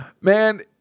man